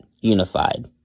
unified